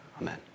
Amen